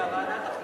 הוועדה תחליט.